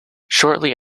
shortly